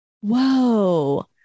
Whoa